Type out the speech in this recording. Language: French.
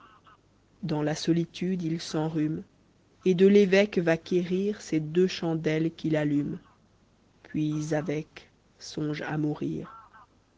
îodans là solitude il s'enrhume et de tévêque va quérir ses deux chandelles qu'il allume puis avecque songe à mourir